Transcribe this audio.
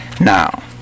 now